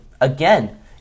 again